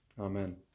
Amen